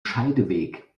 scheideweg